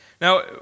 Now